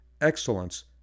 excellence